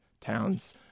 towns